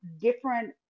different